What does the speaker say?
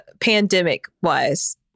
pandemic-wise